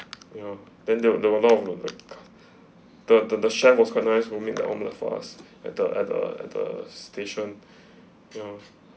ya then the the amount of food the the the chef was quite nice who made the omelet for us at the at the at the station ya